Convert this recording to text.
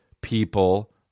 people